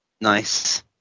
Nice